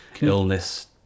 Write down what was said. Illness